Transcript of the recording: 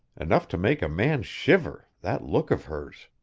enough to make a man shiver that look of hers.